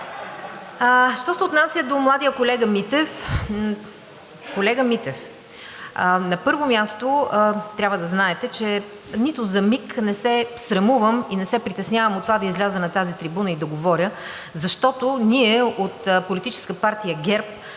Що се отнася до младия колега Митев. Колега Митев, на първо място, трябва да знаете, че нито за миг не се срамувам и не се притеснявам от това да изляза на тази трибуна и да говоря, защото ние от Политическа партия ГЕРБ